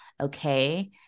okay